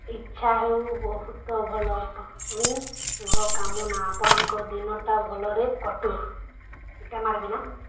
ଆଚ୍ଛା ଏହା ବହୁତ ଭଲ ଫିଲ୍ମ୍ ପାଇଁ ଶୁଭକାମନା ଆପଣଙ୍କ ଦିନଟି ଭଲରେ କଟୁ